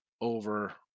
over